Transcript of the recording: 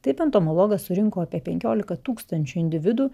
taip entomologas surinko apie penkiolika tūkstančių individų